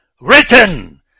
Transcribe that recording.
written